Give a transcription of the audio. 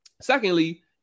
Secondly